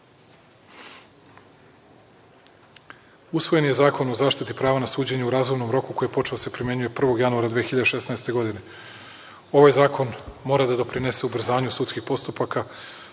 dana. Usvojen je Zakon o zaštiti prava na suđenje u razumnom roku koji je počeo da se primenjuje od 1. januara 2016. godine. Ovaj zakon mora da doprinese ubrzanju sudskih postupaka,